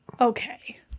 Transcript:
okay